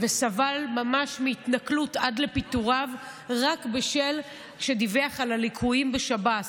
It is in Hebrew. וסבל ממש מהתנכלות עד לפיטוריו רק בשל כך שדיווח על הליקויים בשב"ס.